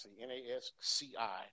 n-a-s-c-i